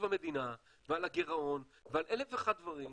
המדינה ועל הגירעון ועל אלף ואחד דברים שקשורים,